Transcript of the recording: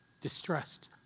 distressed